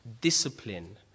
discipline